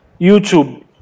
YouTube